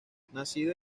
nacido